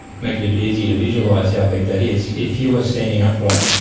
make it a bit easier to visualise how big that is. if you were standing upright,